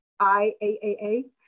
IAAA